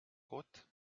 gott